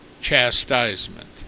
chastisement